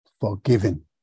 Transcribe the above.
forgiven